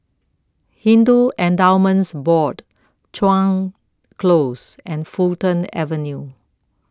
Hindu Endowments Board Chuan Close and Fulton Avenue